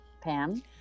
Pam